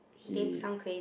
he